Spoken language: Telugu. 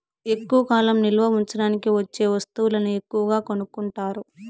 ఎక్కువ కాలం నిల్వ ఉంచడానికి వచ్చే వస్తువులను ఎక్కువగా కొనుక్కుంటారు